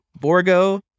Borgo